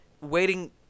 waiting